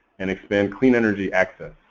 and expand clean energy access.